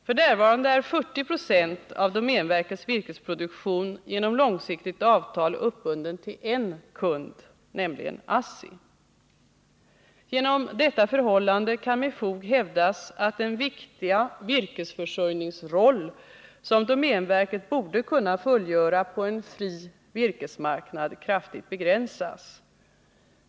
F.n. är 40 20 av domänverkets virkesproduktion genom långsiktigt avtal uppbunden till en kund, nämligen ASSI. Genom detta förhållande kan med fog hävdas att den viktiga virkesförsörjningens roll, som domänverket borde kunna fullfölja på en fri virkesmarknad, kraftigt begränsas.